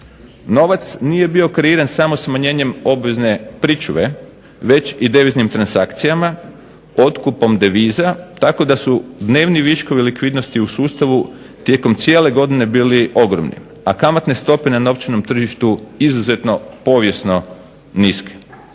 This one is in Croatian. Novac nije bio kreiran samo smanjenjem obvezne pričuve već i deviznim transakcijama, otkupom deviza tako da su dnevni viškovi likvidnosti u sustavu tijekom cijele godine bili ogromni, a kamatne stope na novčanom tržištu izuzetno povijesno niske